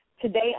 Today